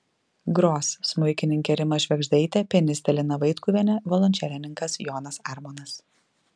gros smuikininkė rima švėgždaitė pianistė lina vaitkuvienė violončelininkas jonas armonas